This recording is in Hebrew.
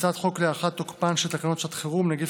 הצעת חוק להארכת תוקפן של תקנות שעת חירום (נגיף